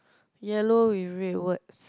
yellow with red words